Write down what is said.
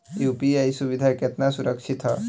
UPI सुविधा केतना सुरक्षित ह?